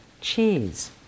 cheese